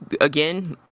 again